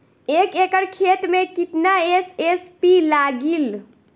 एक एकड़ खेत मे कितना एस.एस.पी लागिल?